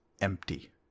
empty